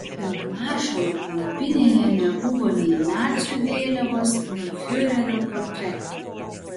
feldmaršalo palapinėje nebuvo nei nacių vėliavos nei fiurerio portreto